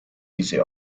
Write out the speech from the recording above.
diese